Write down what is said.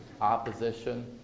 opposition